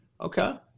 Okay